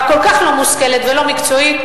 והכל-כך לא מושכלת ולא מקצועית,